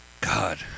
God